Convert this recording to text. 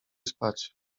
spać